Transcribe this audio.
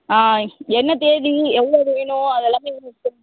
ஆ என்ன தேதி எவ்வளோ இது வேணும் அதெல்லாமே எங்களுக்கு சொல்லுங்கள்